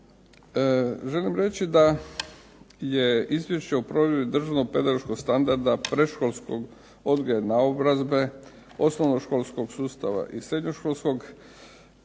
Želim reći da je Izvješće o provedbi državnog pedagoškog standarda predškolskog odgoja i naobrazbe, osnovnoškolskog sustava i srednjoškolskog